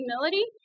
humility